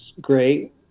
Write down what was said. great